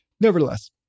Nevertheless